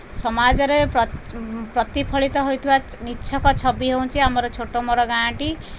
ସମାଜରେ ପ୍ରତିଫଳିତ ହେଉଥିବା ନିଚ୍ଛକ ଛବି ହେଉଛି ଆମର ଛୋଟ ମୋର ଗାଁଟି